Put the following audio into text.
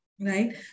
Right